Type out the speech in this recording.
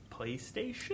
PlayStation